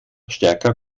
stärker